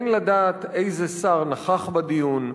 אין לדעת איזה שר נכח בדיון,